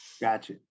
gotcha